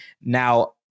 now